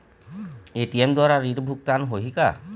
ATM द्वारा ऋण भुगतान होही का?